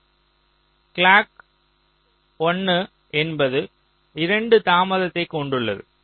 இங்கே கிளாக் 1 என்பது 2 தாமதத்தைக் கொண்டுள்ளது